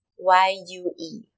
Y U E